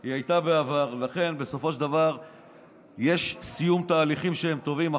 היא הייתה בעבר ולכן בסופו של דבר יש סיום תהליכים שהם טובים.